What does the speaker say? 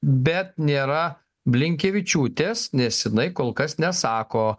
bet nėra blinkevičiūtės nes jinai kol kas nesako